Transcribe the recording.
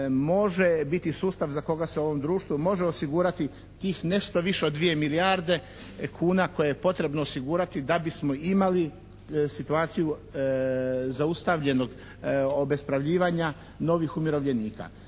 može biti sustav za koga se u ovom društvu može osigurati tih nešto više od 2 milijarde kuna koje je potrebno osigurati da bismo imali situaciju zaustavljenog obespravljivanja novih umirovljenika.